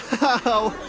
oh,